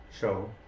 show